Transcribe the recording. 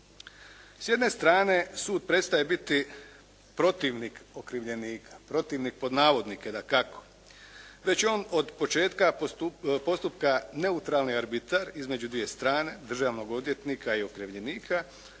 S jedne strane sud prestaje biti protivnik okrivljenika, protivnik pod navodnike dakako, već je on od početka postupka neutralni arbitar između dvije strane, državnog odvjetnika i okrivljenika,